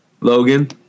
Logan